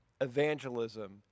evangelism